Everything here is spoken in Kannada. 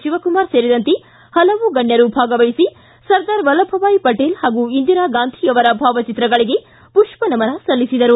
ಶಿವಕುಮಾರ ಸೇರಿದಂತೆ ಪಲವು ಗಣ್ಯರು ಭಾಗವಹಿಸಿ ಸರ್ದಾರ್ ವಲ್ಲಭಭಾಯ್ ಪಟೇಲ್ ಹಾಗೂ ಇಂದಿರಾ ಗಾಂಧಿಯವರ ಅವರ ಭಾವಚಿತ್ರಗಳಿಗೆ ಪುಷ್ಕ ನಮನ ಸಲ್ಲಿಸಿದರು